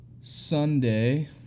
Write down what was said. Sunday